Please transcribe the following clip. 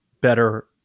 better